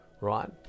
right